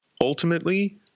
Ultimately